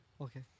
Okay